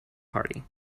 party